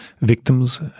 victims